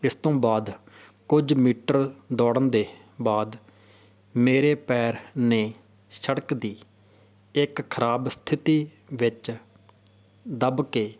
ਇਸ ਤੋਂ ਬਾਅਦ ਕੁਝ ਮੀਟਰ ਦੌੜਨ ਦੇ ਬਾਅਦ ਮੇਰੇ ਪੈਰ ਨੇ ਸੜਕ ਦੀ ਇੱਕ ਖਰਾਬ ਸਥਿਤੀ ਵਿੱਚ ਦੱਬ ਕੇ